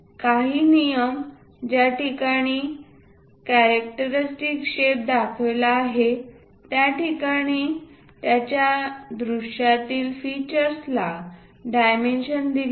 काही नियम ज्या ठिकाणी कॅरेक्टरस्टिक शेप दाखविला आहे त्या ठिकाणी त्याच्या दृश्यातील फीचर्स ला डायमेन्शन दिले आहेत